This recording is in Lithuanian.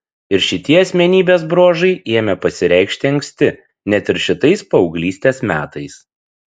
ir šitie asmenybės bruožai ėmė pasireikšti anksti net ir šitais paauglystės metais